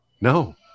no